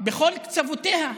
בכל קצותיה.